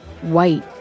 White